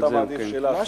או שאתה מעדיף שאלה שאלה.